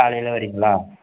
காலையில் வரீங்களா